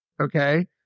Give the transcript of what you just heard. Okay